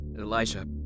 Elijah